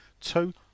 Two